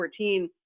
2014